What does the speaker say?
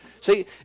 See